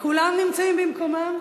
כולם נמצאים במקומם?